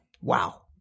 Wow